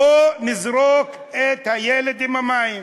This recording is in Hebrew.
בואו נזרוק את הילד עם המים,